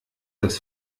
das